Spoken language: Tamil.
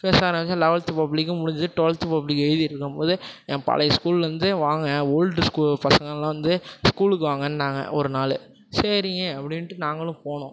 பேச ஆரம்பிச்சேன் லெவல்த்து பப்ளிக்கும் முடிஞ்சுது டுவெல்த்து பப்ளிக் எழுதிகிட்டு இருக்கும் போது ஏன் பழைய ஸ்கூல்லந்து வாங்க ஓல்டு ஸ்கூ பசங்களாம் வந்து ஸ்கூலுக்கு வாங்கன்னாங்க ஒரு நாள் சரிங்க அப்படின்ட்டு நாங்களும் போனோம்